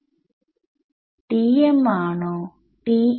ഒന്നാമത്തെ ടെർമിൽ ഞാൻ സെക്കൻഡ് ഓർഡർ ഡെറിവേറ്റീവ് ഉൾപ്പെടുത്തും